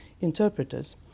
interpreters